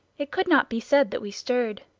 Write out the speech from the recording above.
it could not be said that we stirred.